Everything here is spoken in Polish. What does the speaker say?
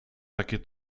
takie